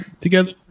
together